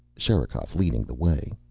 sherikov leading the way.